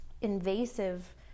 invasive